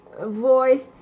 voice